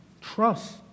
Trust